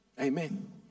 Amen